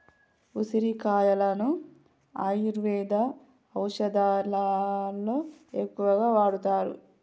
ఉసిరికాయలను ఆయుర్వేద ఔషదాలలో ఎక్కువగా వాడుతారు